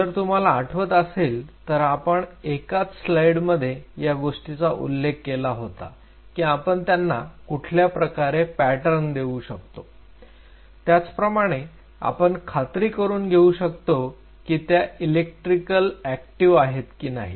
जर तुम्हाला आठवत असेल तर आपण एकाच स्लाईड मध्ये या गोष्टीचा उल्लेख केला होता की आपण त्यांना कुठल्या प्रकारे पॅटर्न देऊ शकतो त्याचप्रमाणे आपण खात्री करून घेऊ शकतो की त्या इलेक्ट्रिकल ऍक्टिव्ह आहेत की नाहीत